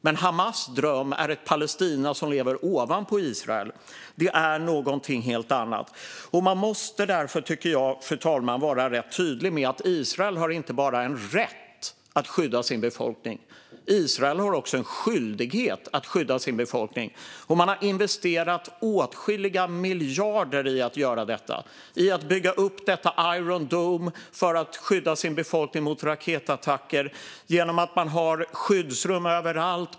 Men Hamas dröm är ett Palestina som lever ovanpå Israel. Det är någonting helt annat. Därför tycker jag, fru talman, att man måste vara rätt tydlig med att Israel inte bara har en rätt att skydda sin befolkning. Israel har också en skyldighet att skydda sin befolkning. Man har investerat åtskilliga miljarder i att göra detta och bygga upp Iron Dome för att skydda sin befolkning mot raketattacker och ha skyddsrum överallt.